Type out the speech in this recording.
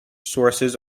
sources